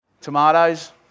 Tomatoes